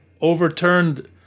overturned